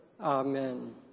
Amen